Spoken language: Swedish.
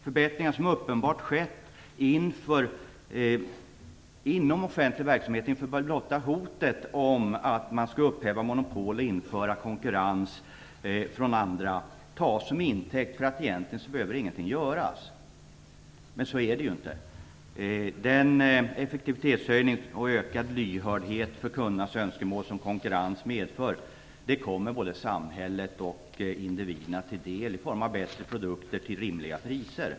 Förbättringar som uppenbart skett inom offentlig verksamhet inför blotta hotet om att man skall upphäva monopol och införa konkurrens från andra tas till intäkt för att ingenting egentligen behöver göras. Så är det ju inte. Den effektivitetshöjning och ökade lyhördhet för kundernas önskemål som konkurrens medför kommer både samhället och individerna till del i form av bättre produkter till rimliga priser.